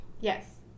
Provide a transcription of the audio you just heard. Yes